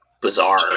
Bizarre